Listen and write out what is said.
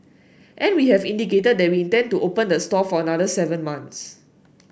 and we have indicated that we intend to open the store for another seven months